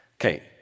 Okay